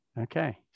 okay